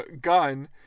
gun